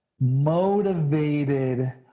motivated